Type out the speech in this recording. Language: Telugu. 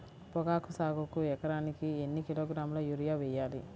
పొగాకు సాగుకు ఎకరానికి ఎన్ని కిలోగ్రాముల యూరియా వేయాలి?